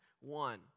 one